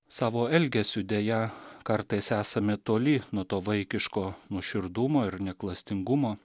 savo elgesiu deja kartais esame toli nuo to vaikiško nuoširdumo ir ne klastingumo